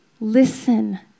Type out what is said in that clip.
listen